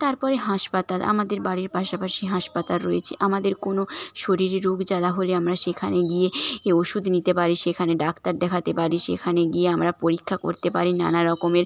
তা রপরে হাসপাতাল আমাদের বাড়ির পাশাপাশি হাসপাতাল রয়েছে আমাদের কোনো শরীরে রোগ জ্বালা হলে আমরা সেখানে গিয়ে ইয়ে ওষুধ নিতে পারি সেখানে ডাক্তার দেখাতে পারি সেখানে গিয়ে আমরা পরীক্ষা করতে পারি নানা রকমের